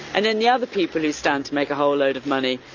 and then the other people who stand to make a whole load of money,